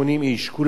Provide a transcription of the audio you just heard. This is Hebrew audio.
כולם מתו.